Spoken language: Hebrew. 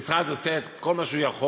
המשרד עושה את כל מה שהוא יכול,